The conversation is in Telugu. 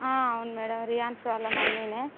ఆ అవును మేడం రియన్ష్ వాళ్ళ ముమ్మీనే